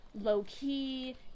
low-key